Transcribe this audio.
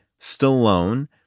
Stallone